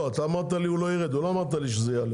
לא אתה אמרת לי הוא לא ירד, לא אמרת לי שהוא יעלה.